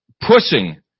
pushing